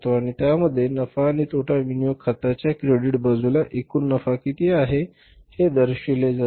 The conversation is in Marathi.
आणि त्यामध्ये नफा आणि तोटा विनियोग खात्याच्या क्रेडिट् बाजूला एकूण नफा किती आहे हे दर्शविले जाईल